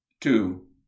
Two